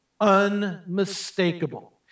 unmistakable